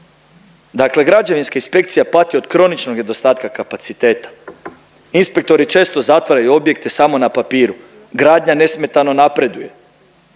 Dakle, građevinska inspekcija pati od kroničnog nedostatka kapaciteta. Inspektori često zatvaraju objekte samo na papiru, gradnja nesmetano napreduje.